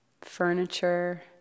furniture